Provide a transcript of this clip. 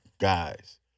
guys